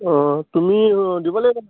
অঁ তুমি দিব লাগিব